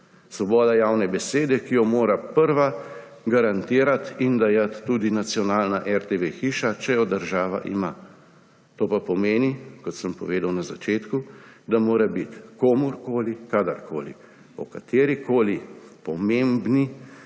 Svoboda javne besede, ki jo mora prva garantirati in dajati tudi nacionalna RTV hiša, če jo država ima. To pa pomeni, kot sem povedal na začetku, da mora biti komurkoli kadarkoli o katerikoli pomembni